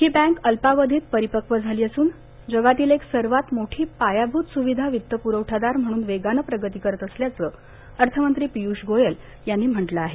ही bank अल्पावधीत परिपक्व झाली असून जगातील एक सर्वात मोठी पायाभूत सुविधा वित्त पुरवठादार म्हणून वेगानं प्रगती करत असल्याचं अर्थ मंत्री पियुष गोयल यांनी म्हटलं आहे